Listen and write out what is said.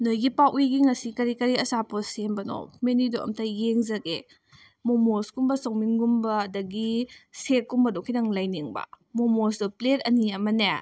ꯅꯣꯏꯒꯤ ꯄꯥꯎꯎꯏꯒꯤ ꯀꯔꯤ ꯀꯔꯤ ꯑꯆꯥꯄꯣꯠ ꯁꯦꯝꯕꯅꯣ ꯃꯦꯅꯨꯗꯣ ꯑꯝꯇ ꯌꯦꯡꯖꯒꯦ ꯃꯣꯃꯣꯁꯀꯨꯝꯕ ꯆꯧꯃꯤꯟꯒꯨꯝꯕ ꯑꯗꯒꯤ ꯁꯦꯛꯀꯨꯝꯕꯗꯣ ꯈꯤꯇꯪ ꯂꯩꯅꯤꯡꯕ ꯃꯣꯃꯣꯁꯁꯨ ꯄ꯭ꯂꯦꯠ ꯑꯅꯤ ꯑꯃꯅꯦ